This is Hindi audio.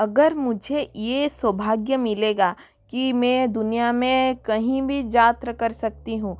अगर मुझे ये सौभाग्य मिलेगा कि मैं दुनिया में कहीं भी यात्रा कर सकती हूँ